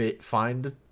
find